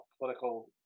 political